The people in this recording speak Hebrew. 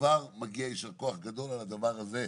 מגיע יישר כוח גדול על הדבר הזה.